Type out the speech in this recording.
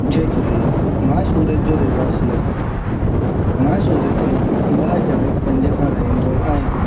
जय झूलेलाल मां सूरत जो रहेवासी आहियां मां सूरत में ॿ हज़ार पंज खां रहंदो आहियां